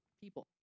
people